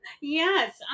Yes